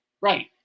Right